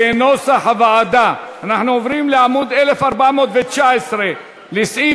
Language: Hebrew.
אנחנו עוברים להצבעה על סעיף